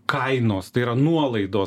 kainos tai yra nuolaidos